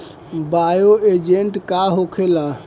Bio agent का होखेला?